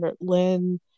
Lynn